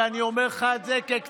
ואני אומר לך כקצין,